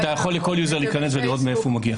אתה יכול להיכנס ולראות מאיפה כל יוזר מגיע.